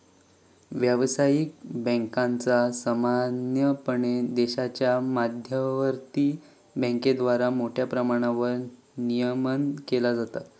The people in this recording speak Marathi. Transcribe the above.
व्यावसायिक बँकांचा सामान्यपणे देशाच्या मध्यवर्ती बँकेद्वारा मोठ्या प्रमाणावर नियमन केला जाता